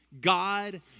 God